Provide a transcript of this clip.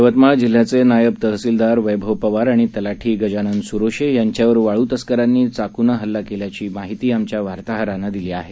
यवतमाळजिल्ह्याचेनायबतहसीलदारवैभवपवारआणितलाठीगजाननसुरोशेयांच्यावरवाळूतस्करांनीचाकूनंहल्ला केल्याची माहितीआमच्यावार्ताहरानंदिलीआहे